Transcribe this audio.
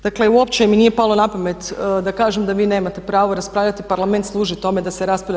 Dakle uopće mi nije palo na pamet da kažem da vi nemate pravo raspravljati, Parlament služi tome da se raspravlja.